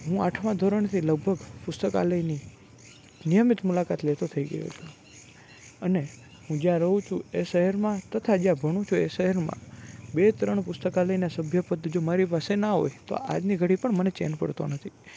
હું આઠમા ધીરણથી લગભગ પુસ્તકાલયની નિયમિત મુલાકાત લેતો થઈ ગયો હતો અને હું જયાં રહું છું એ શહેરમાં તથા જ્યાં ભણું છું એ શહેરમાં બે ત્રણ પુસ્તકાલયનાં સભ્ય પદ જો મારી પાસે ના હોય તો આજની ઘડીએ પણ મને ચેન પડતો નથી